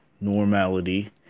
normality